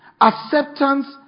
Acceptance